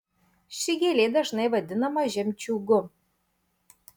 ši gėlė dažnai vadinama žemčiūgu